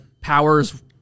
powers